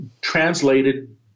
translated